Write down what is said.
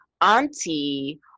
auntie